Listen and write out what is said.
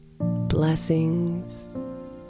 Blessings